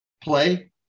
play